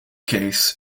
case